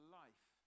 life